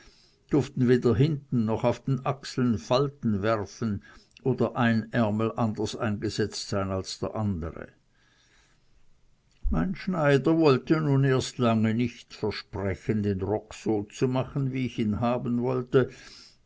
durften weder hinten noch auf den achseln falten werfen oder ein ärmel anders eingesetzt sein als der andere mein schneider wollte nun erst lange nicht versprechen den rock so zu machen wie ich ihn haben wollte